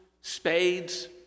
spades